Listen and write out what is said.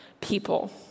people